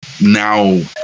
now